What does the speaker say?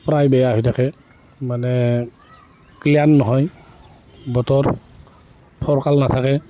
প্ৰায় বেয়া হৈ থাকে মানে ক্লিয়াৰ নহয় বতৰ ফৰকাল নাথাকে